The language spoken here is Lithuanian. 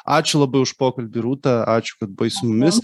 ačiū labai už pokalbį rūta ačiū kad buvai su mumis